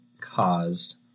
caused